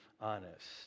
honest